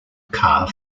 car